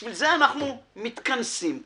בשביל זה אנחנו מתכנסים כאן,